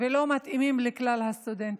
ולא מתאימים לכלל הסטודנטים.